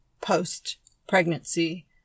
post-pregnancy